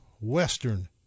western